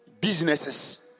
businesses